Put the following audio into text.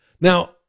Now